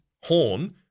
horn